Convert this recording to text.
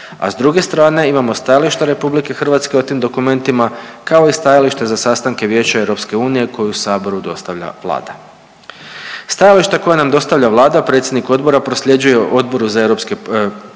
A s druge strane imamo stajališta Republike Hrvatske o tim dokumentima kao i stajalište za sastanke Vijeća Europske unije koje Saboru dostavlja Vlada. Stajališta koja nam dostavlja Vlada predsjednik odbora prosljeđuje Odboru za europske, pardon